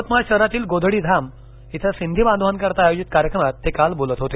यवतमाळ शहरातील गोधडीधाम इथं सिंधी बांधवांकरीता आयोजित कार्यक्रमात ते काल बोलत होते